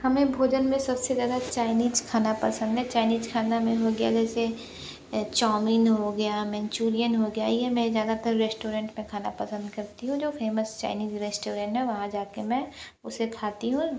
हमें भोजन में सबसे ज्यादा चाइनीज खाना पसंद है चाइनीज खाना में हो गया जैसे चाऊमीन हो गया मंचूरियन हो गया ये मैं ज़्यादातर रेस्टोरेंट में खाना पसंद करती हूँ जो फेमस चाइनीज रेस्टोरेंट है वहाँ जाकर मैं उसे खाती हूँ